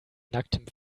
nacktem